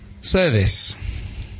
Service